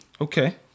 Okay